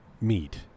meet